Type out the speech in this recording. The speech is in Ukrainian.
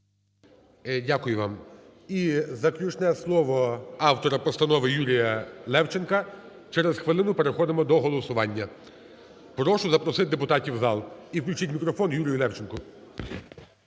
Дякую вам. І заключне слово автора постанови Юрія Левченка. Через хвилину переходимо до голосування. Прошу запросити депутатів в зал. І включіть мікрофон Юрію Левченку.